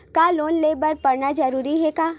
का लोन ले बर पढ़ना जरूरी हे का?